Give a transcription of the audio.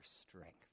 strength